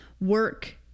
work